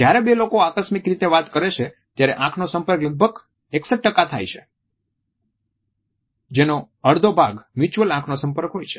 જ્યારે બે લોકો આકસ્મિક રીતે વાત કરે છે ત્યારે આંખનો સંપર્ક લગભગ 61 થાય છે જેનો અડધો ભાગ મ્યુચ્યુઅલ આંખનો સંપર્ક હોય છે